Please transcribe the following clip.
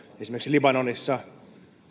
esimerkiksi libanonissa